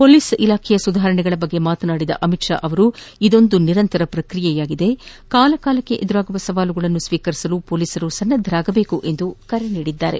police ಸುಧಾರಣೆಗಳ ಕುರಿತಂತೆ ಮಾತನಾದಿದ ಅಮಿತ್ ಶಾ ಇದೊಂದು ನಿರಂತರ ಪ್ರಕ್ರಿಯೆಯಾಗಿದ್ದು ಕಾಲಕಾಲಕ್ಕೆ ಎದುರಾಗುವ ಸವಾಲುಗಳನ್ನು ಸ್ವೀಕರಿಸಲು ಪೋಲಿಸರು ಸನ್ನದ್ದವಾಗಬೇಕೆಂದು ಕರೆ ನೀಡಿದರು